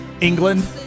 England